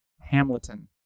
Hamilton